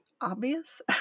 obvious